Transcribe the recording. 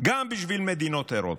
גם בשביל מדינות אירופה,